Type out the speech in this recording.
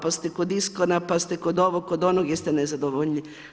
Pa ste kod Iskona, pa ste kod ovog, kod onog, jer ste nezadovoljni.